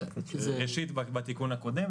ראשית בתיקון הקודם,